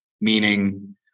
meaning